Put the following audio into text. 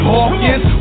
Hawkins